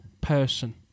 person